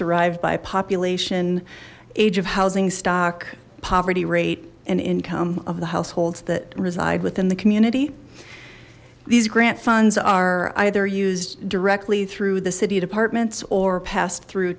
derived by population age of housing stock poverty rate and income of the households that reside within the community these grant funds are either used directly through the city departments or passed through